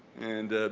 and